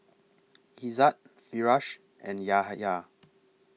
Izzat Firash and Yahya